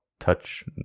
touch